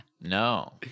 No